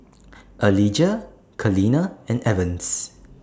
Alijah Kaleena and Evans